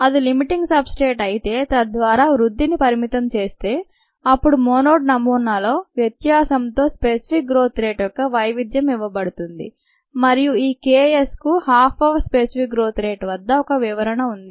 అది limiting substrate అయితే తద్వరా వృద్ధిని పరిమితంచేస్తే అప్పుడు మోనోడ్ నమూనా లో వ్యత్యాసంతో స్పెసిఫిక్ గ్రోత్ రేట్ యొక్క వైవిధ్యం ఇవ్వబడుతుంది మరియు ఈ K s కుహాఫ్ ఆఫ్ స్పెసిఫిక్ గ్రోత్ రేట్ వద్ద ఒక వివరణ ఉంది